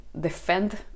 defend